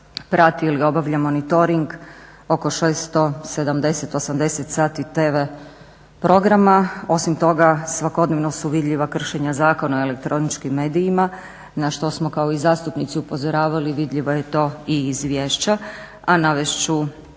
prati ili obavlja monitoring oko 670-680 sati tv programa. Osim toga, svakodnevno su vidljiva kršenja Zakona o elektroničkim medijima na što smo i kao zastupnici upozoravali, vidljivo je to i iz izvješća. A navest